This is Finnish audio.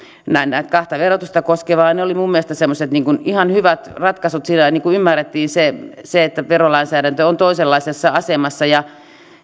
näitä kahta verotusta koskevaan ne olivat minun mielestäni semmoiset ihan hyvät ratkaisut siinä ymmärrettiin se se että verolainsäädäntö on toisenlaisessa asemassa